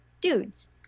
dudes